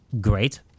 great